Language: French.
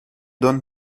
don